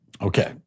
Okay